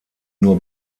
nur